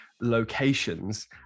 locations